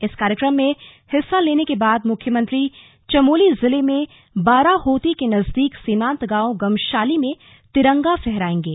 इस कार्यक्रम में हिस्सा लेने के बाद मुख्यमंत्री चमोली जिले में बाराहोती के नजदीक सीमांत गांव गमशाली में तिरंगा फहराएंगे